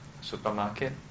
supermarket